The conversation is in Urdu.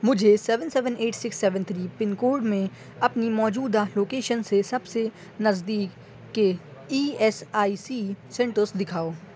مجھے seven seven eight six seven three pin code میں اپنی موجودہ لوکیشن سے سب سے نزدیک کے E S I C centres دکھاؤ